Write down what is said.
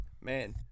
man